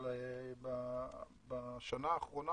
אבל בשנה האחרונה